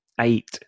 eight